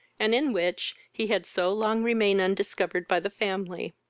and in which he had so long remained undiscovered by the family.